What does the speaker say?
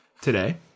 today